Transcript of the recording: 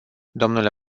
dle